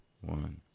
one